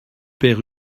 père